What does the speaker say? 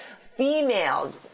female